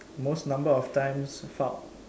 most number of times fucked